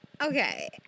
Okay